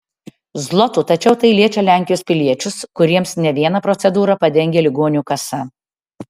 zlotų tačiau tai liečia lenkijos piliečius kuriems ne vieną procedūrą padengia ligonių kasa